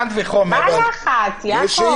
מה הלחץ, יעקב?